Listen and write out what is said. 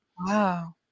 Wow